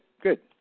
good